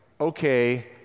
okay